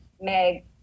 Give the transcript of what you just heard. Meg